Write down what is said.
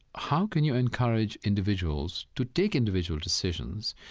how can you encourage individuals to take individual decisions,